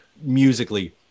musically